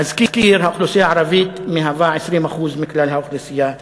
להזכיר: האוכלוסייה הערבית היא 20% מכלל האוכלוסייה בארץ.